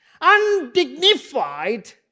undignified